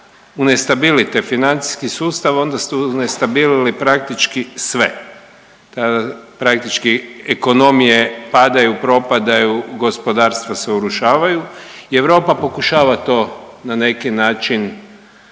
unestabilite financijski sustav onda ste unestabilili praktički sve. Praktički ekonomije padaju, propadaju, gospodarstva se urušavaju i Europa pokušava to na neki način